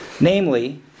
namely